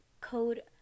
code